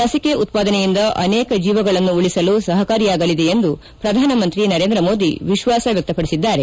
ಲಿಸಿಕೆ ಉತ್ಪಾದನೆಯಿಂದ ಅನೇಕ ಜೀವಗಳನ್ನು ಉಳಿಸಲು ಸಹಕಾರಿಯಾಗಲಿದೆ ಎಂದು ಪ್ರಧಾನಮಂತ್ರಿ ನರೇಂದ್ರಮೋದಿ ವಿಶ್ವಾಸ ವ್ಯಕ್ತಪಡಿಸಿದ್ದಾರೆ